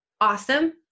awesome